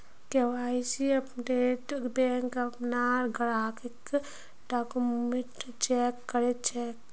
KYC अपडेटत bank अपनार ग्राहकेर डॉक्यूमेंट चेक कर छेक